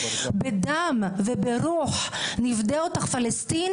"בדם וברוח נפדה אותך פלסטין"